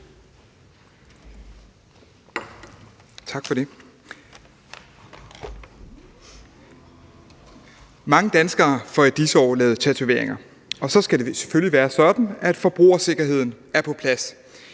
Mange danskere får i disse år lavet tatoveringer, og så skal det selvfølgelig være sådan, at forbrugersikkerheden er på plads,